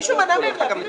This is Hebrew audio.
מישהו מנע מהם להביא נתונים?